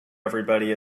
everybody